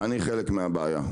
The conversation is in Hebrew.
אני חלק מהבעיה.